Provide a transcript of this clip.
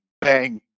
bang